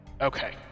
Okay